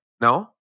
No